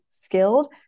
skilled